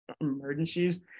emergencies